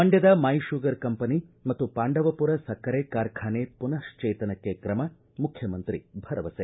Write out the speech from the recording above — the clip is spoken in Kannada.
ಮಂಡ್ಕದ ಮೈ ಶುಗರ್ ಕಂಪನಿ ಮತ್ತು ಪಾಂಡವಪುರ ಸಕ್ಕರೆ ಕಾರ್ಖಾನೆ ಪುನಃಶ್ವೇತನಕ್ಕೆ ತ್ರಮ ಮುಖ್ಯಮಂತ್ರಿ ಭರವಸೆ